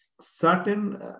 certain